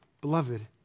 Beloved